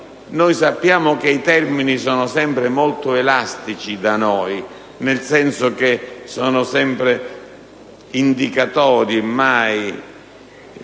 Noi sappiamo che i termini sono sempre molto elastici da noi, nel senso che sono sempre ordinatori e mai